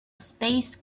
space